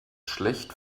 schlecht